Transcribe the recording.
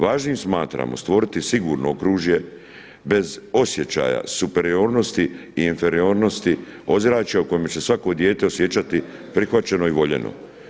Važnim smatramo stvoriti sigurno okružje bez osjeća superiornosti i inferiornosti ozračja u kojem će se svako dijete osjećati prihvaćeno i voljeno.